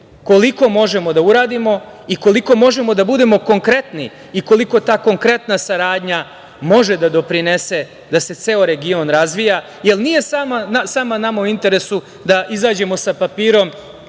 koliko možemo da uradimo i koliko možemo da budemo konkretni i koliko ta konkretna saradnja može da doprinese da se ceo region razvija. Nije samo nama u interesu da izađemo sa papirom